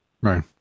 Right